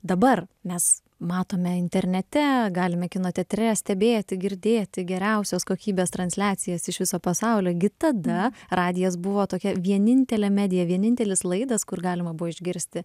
dabar mes matome internete galime kino teatre stebėti girdėti geriausios kokybės transliacijas iš viso pasaulio gi tada radijas buvo tokia vienintelė medija vienintelis laidas kur galima buvo išgirsti